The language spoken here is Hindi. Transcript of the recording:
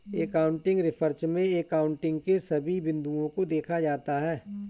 एकाउंटिंग रिसर्च में एकाउंटिंग के सभी बिंदुओं को देखा जाता है